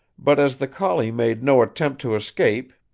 but as the collie made no attempt to escape,